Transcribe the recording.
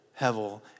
hevel